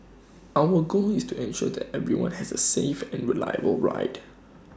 our goal is to ensure that everyone has A safe and reliable ride